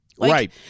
Right